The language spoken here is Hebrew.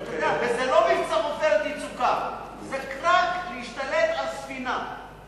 וזה לא מבצע "עופרת יצוקה" זה רק להשתלט על ספינה.